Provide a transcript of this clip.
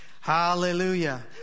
hallelujah